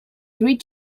three